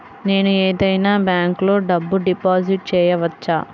నేను ఏదైనా బ్యాంక్లో డబ్బు డిపాజిట్ చేయవచ్చా?